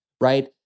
right